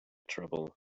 trouble